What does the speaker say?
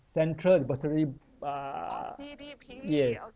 central depository uh ya